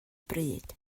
bryd